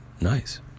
nice